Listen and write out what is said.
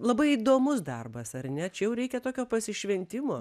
labai įdomus darbas ar ne čia jau reikia tokio pasišventimo